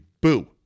boo